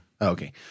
Okay